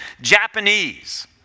Japanese